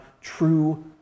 true